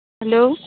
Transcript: hello